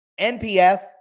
NPF